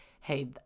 hey